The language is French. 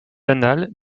annales